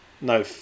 No